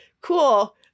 cool